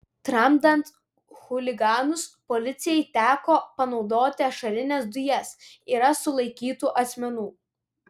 tramdant chuliganus policijai teko panaudoti ašarines dujas yra sulaikytų asmenų